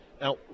Now